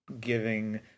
giving